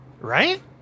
Right